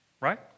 Right